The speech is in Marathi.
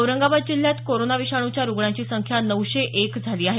औरंगाबाद जिल्ह्यात कोरोना विषाणूच्या रुग्णांची संख्या नऊशे एक झाली आहे